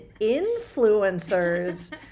influencers